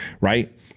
right